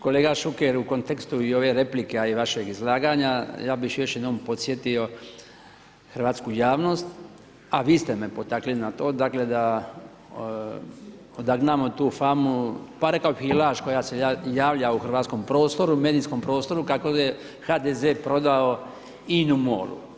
Kolega Šuker, u kontekstu i ove replike a i vašeg izlaganja ja bih još jednom podsjetio hrvatsku javnost a vi ste me potakli na to dakle da odagnamo tu famu, pa rekao bih i laž koja se javlja u hrvatskom prostoru, medijskom prostoru kako je HDZ prodao INA-u MOL-u.